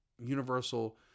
universal